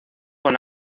con